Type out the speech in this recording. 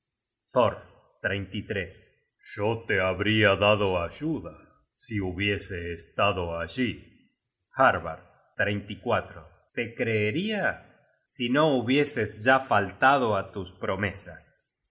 el lino thor yo te habria dado ayuda si hubiese estado allí harbard te creeria si no hubieses ya faltado á tus promesas